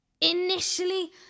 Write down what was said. Initially